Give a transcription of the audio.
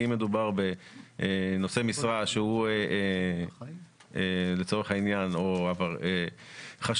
אם מדובר בנושא משרה שהוא, לצורך העניין, חשוד